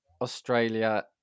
Australia